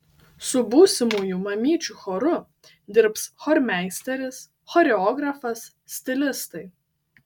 su būsimųjų mamyčių choru dirbs chormeisteris choreografas stilistai